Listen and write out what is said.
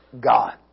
God